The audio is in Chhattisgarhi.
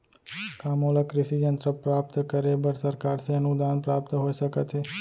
का मोला कृषि यंत्र प्राप्त करे बर सरकार से अनुदान प्राप्त हो सकत हे?